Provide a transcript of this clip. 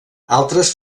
altres